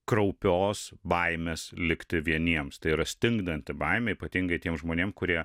kraupios baimės likti vieniems tai yra stingdanti baimė ypatingai tiem žmonėm kurie